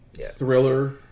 thriller